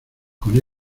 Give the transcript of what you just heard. con